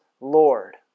Lord